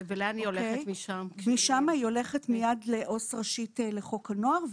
משם היא הולכת מיד לעו"ס ראשית לחוק הנוער,